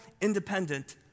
independent